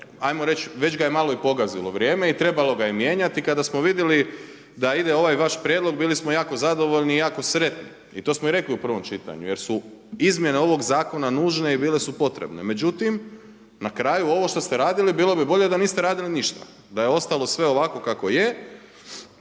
hajmo reći već ga je malo i pogazilo vrijeme i trebalo ga je mijenjati. Kada smo vidjeli da ide ovaj vaš prijedlog bili smo jako zadovoljni jako sretni i to smo i rekli u prvom čitanju jer su izmjene ovoga zakona nužne i bile su potrebne. Međutim, na kraju ovo što ste radili bilo bi bolje da niste radili ništa, da je ostalo sve ovako kako je